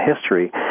history